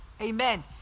amen